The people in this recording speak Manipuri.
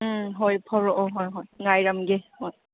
ꯎꯝ ꯍꯣꯏ ꯊꯣꯛꯂꯛꯑꯣ ꯍꯣꯏ ꯍꯣꯏ ꯉꯥꯏꯔꯝꯒꯦ ꯍꯣꯏ